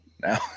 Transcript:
Now